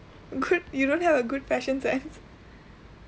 good you don't have a good fashion sense